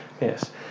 Yes